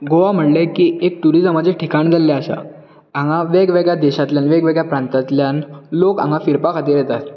गोवा म्हणलें एक एक टुरिजमाचें ठिकाण जाल्लें आसा हांगा वेगवेगळ्या देशांतल्यान वेगवेगळ्या प्रांतातल्यान लोक हांगा फिरपा खातीर येतात